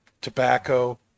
tobacco